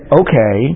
okay